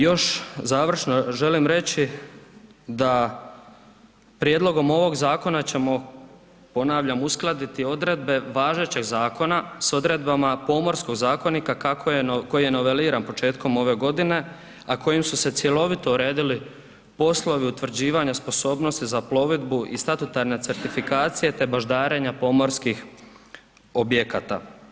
Još završno želim reći da prijedlogom ovog zakona ćemo, ponavljam, uskladiti odredbe važećeg zakona s odredbama Pomorskog zakonika kako je, koji je noveliran početkom ove godine, a kojim su se cjelovito uredili poslovi utvrđivanja sposobnosti za plovidbu i statutarna certifikacija, te baždarenja pomorskih objekata.